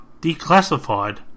declassified